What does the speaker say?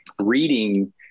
reading